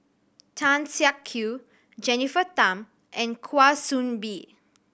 Tan Siak Kew Jennifer Tham and Kwa Soon Bee